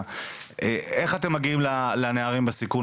איך אתם מגיעים לנערים בסיכון,